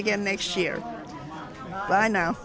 again next year by now